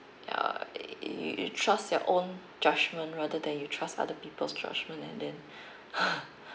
ya you you you trust your own judgment rather than you trust other people's judgement and then